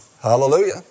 Hallelujah